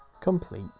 complete